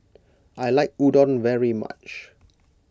I like Udon very much